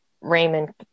Raymond